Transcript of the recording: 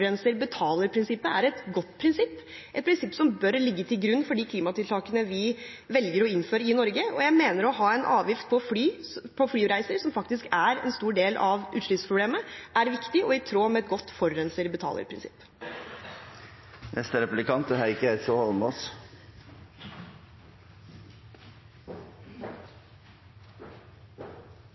er et godt prinsipp, et prinsipp som bør ligge til grunn for de klimatiltakene vi velger å innføre i Norge, og jeg mener at å ha en avgift på flyreiser – som faktisk er en stor del av utslippsproblemet – er viktig og i tråd med et godt forurenser betaler-prinsipp. Jeg synes det er